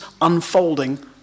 unfolding